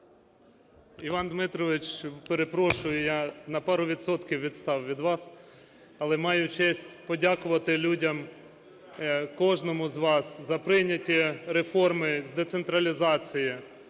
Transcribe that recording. Іван Дмитрович, перепрошую, я на пару відсотків відстав від вас, але маю честь подякувати людям, кожному з вас за прийняті реформи з децентралізації,